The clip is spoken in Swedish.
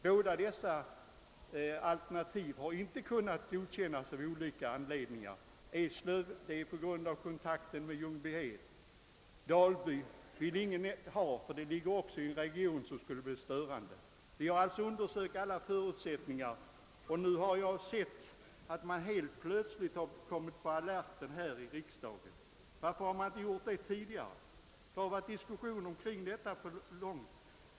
Båda dessa alternativ har av olika anledningar inte kunnat godkännas, Eslöv på grund av närheten till Ljungbyhed. Dalby vill ingen förorda, därför att det också ligger i en region där störningar skulle uppkomma. Vi har alltså gjort sådana undersökningar och det enda alternativ som finns kvar är Sturup. Nu har man helt plötsligt kommit på alerten här i riksdagen. Varför har man inte gjort det tidigare? Det har pågått diskussioner kring detta problem länge.